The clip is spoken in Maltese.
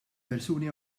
persuni